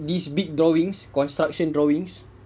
these big drawings construction drawings